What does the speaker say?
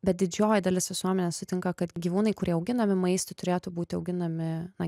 bet didžioji dalis visuomenės sutinka kad gyvūnai kurie auginami maistui turėtų būti auginami na